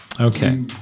Okay